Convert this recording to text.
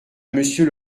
monsieur